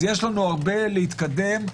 יש לנו הרבה להתקדם,